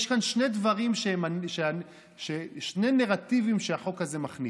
יש כאן שני נרטיבים שהחוק הזה מכניס: